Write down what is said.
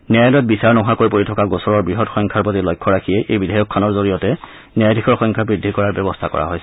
ন্যায়ালয়ত বিচাৰ নোহোৱাকৈ পৰি থকা গোচৰৰ বৃহৎ সংখ্যাৰ প্ৰতি লক্ষ্য ৰাখিয়েই এই বিধেয়কখনৰ জৰিয়তে ন্যায়াধীশৰ সংখ্যা বৃদ্ধি কৰাৰ ব্যৱস্থা কৰা হৈছে